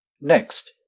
Next